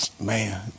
Man